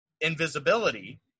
invisibility